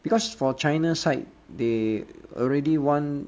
because for china side they already want